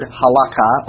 halakha